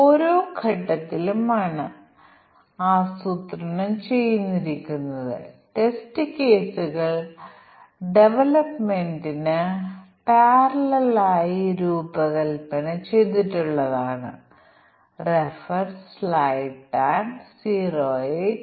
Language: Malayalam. ഉദാഹരണത്തിന് പ്രിന്റർ പ്രിന്റ് ചെയ്യാത്തതും ചുവന്ന ലൈറ്റ് മിന്നുന്നതും ആണെങ്കിൽ പ്രിന്റർ തിരിച്ചറിഞ്ഞില്ലെങ്കിൽ ഞങ്ങൾ മഷി ചെക്ക് പേപ്പർ ജാം പരിശോധിച്ച് മാറ്റിസ്ഥാപിക്കും